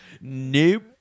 Nope